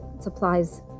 supplies